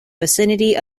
vicinity